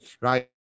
Right